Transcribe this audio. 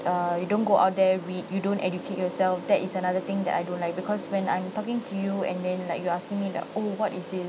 err you don't go out there we you don't educate yourself that is another thing that I don't like because when I'm talking to you and then like you asking me like oh what is this